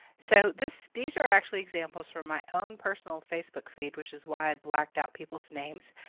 so this these are actually examples from my own personal facebook feed which is why i blacked out people's names.